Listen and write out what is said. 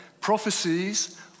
Prophecies